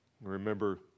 Remember